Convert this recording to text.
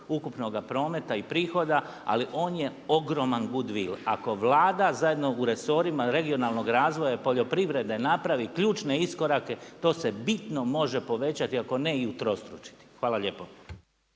ukupnoga prometa i prihoda ali on je ogroman good will. Ako Vlada zajedno u resorima regionalnog razvoja i poljoprivrede napravi ključne iskorake to se bitno može povećati ako ne i utrostručiti. Hvala lijepo.